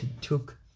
took